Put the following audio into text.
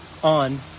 On